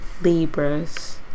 Libras